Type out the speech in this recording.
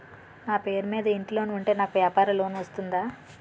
నా పేరు మీద ఇంటి లోన్ ఉంటే నాకు వ్యాపార లోన్ వస్తుందా?